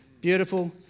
Beautiful